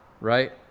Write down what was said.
right